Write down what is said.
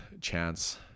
chance